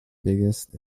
biggest